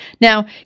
Now